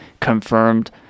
confirmed